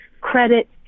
credit